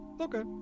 Okay